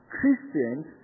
Christians